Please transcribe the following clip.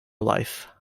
life